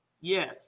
Yes